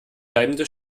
bleibende